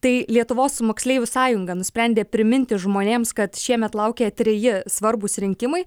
tai lietuvos moksleivių sąjunga nusprendė priminti žmonėms kad šiemet laukia treji svarbūs rinkimai